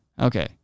Okay